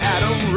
Adam